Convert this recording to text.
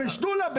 בשתולה,